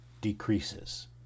decreases